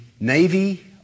navy